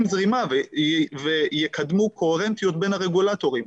זרימה ויקדמו קוהרנטיות בין הרגולטורים,